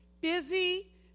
Busy